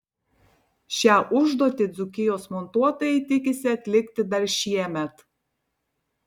šią užduotį dzūkijos montuotojai tikisi atlikti dar šiemet